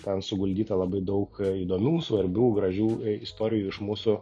ten suguldyta labai daug įdomių svarbių gražių istorijų iš mūsų